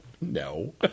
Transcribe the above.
no